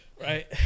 Right